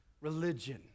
religion